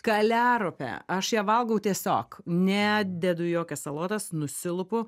kaliaropė aš ją valgau tiesiog nededu į jokios salotas nusilupu